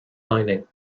lining